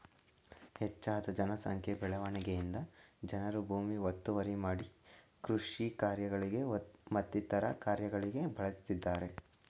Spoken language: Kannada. ಹೆಚ್ಜದ ಜನ ಸಂಖ್ಯೆ ಬೆಳವಣಿಗೆಯಿಂದ ಜನರು ಭೂಮಿ ಒತ್ತುವರಿ ಮಾಡಿ ಕೃಷಿ ಕಾರ್ಯಗಳಿಗೆ ಮತ್ತಿತರ ಕಾರ್ಯಗಳಿಗೆ ಬಳಸ್ತಿದ್ದರೆ